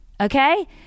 Okay